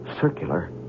circular